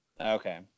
Okay